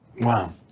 Wow